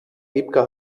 wiebke